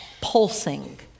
pulsing